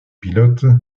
pilote